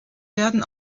werden